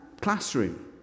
classroom